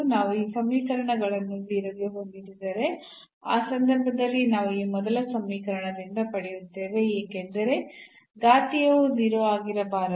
ನಾವು ಈ ಸಮೀಕರಣಗಳನ್ನು 0 ಗೆ ಹೊಂದಿಸಿದರೆ ಆ ಸಂದರ್ಭದಲ್ಲಿ ನಾವು ಈ ಮೊದಲ ಸಮೀಕರಣದಿಂದ ಪಡೆಯುತ್ತೇವೆ ಏಕೆಂದರೆ ಘಾತೀಯವು 0 ಆಗಿರಬಾರದು